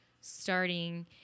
starting